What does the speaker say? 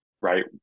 right